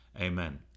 Amen